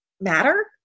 matter